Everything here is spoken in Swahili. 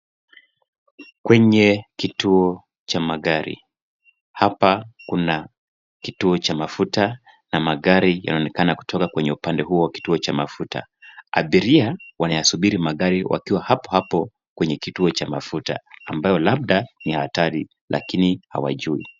Kwenye kituo cha magari, hapa kuna kituo cha mafuta na magari yanaonekana kutoka kwenye upande huo wa kituo cha mafuta. Abiria wanayasubiri magari wakiwa hapohapo kwenye kituo cha mafuta ambayo labda ni hatari lakini hawajui.